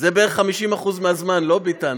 זה בערך 50% מהזמן, לא, ביטן?